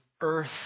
earth